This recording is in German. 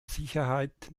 sicherheit